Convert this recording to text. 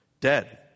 dead